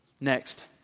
Next